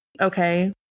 Okay